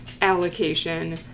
allocation